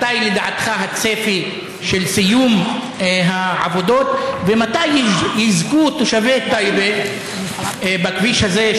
מתי לדעתך הצפי של סיום העבודות ומתי יזכו תושבי טייבה בכביש הזה,